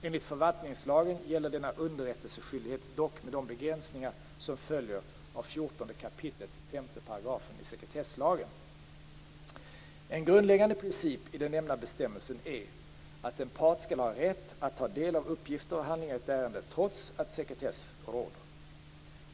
Enligt förvaltningslagen gäller denna underrättelseskyldighet dock med de begränsningar som följer av 14 kap. 5 § sekretesslagen. En grundläggande princip i den nämnda bestämmelsen är att en part skall ha rätt att ta del av uppgifter och handlingar i ett ärende trots att sekretess råder.